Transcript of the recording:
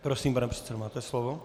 Prosím, pane předsedo, máte slovo.